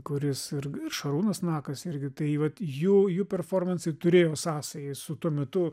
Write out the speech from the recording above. kuris ir ir šarūnas nakas irgi tai vat jų jų performansai turėjo sąsajį su tuo metu